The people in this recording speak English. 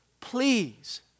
Please